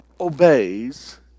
obeys